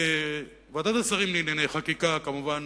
ועדת השרים לענייני חקיקה דחתה כמובן,